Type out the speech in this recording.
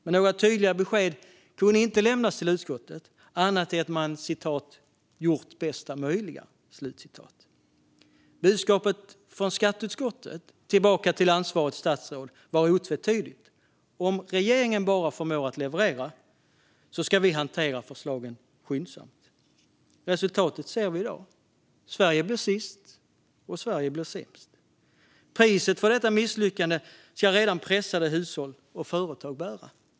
Men några tydliga besked till utskottet kunde inte lämnas, annat än man, som man sa, hade gjort bästa möjliga. Budskapet från skatteutskottet tillbaka till ansvarigt statsråd var otvetydigt: Om regeringen bara förmår leverera ska vi hantera förslagen skyndsamt. Resultatet ser vi i dag. Sverige blir sist, och Sverige blir sämst. Priset för detta misslyckande ska redan pressade hushåll och företag bära.